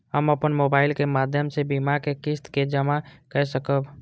हम अपन मोबाइल के माध्यम से बीमा के किस्त के जमा कै सकब?